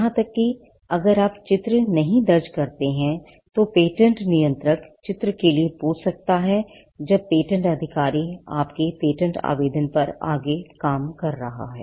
यहां तक कि अगर आप चित्र नहीं दर्ज करते हैं तो पेटेंट नियंत्रक चित्र के लिए पूछ सकता है जब पेटेंट अधिकारी आपके पेटेंट आवेदन पर आगे काम रहा है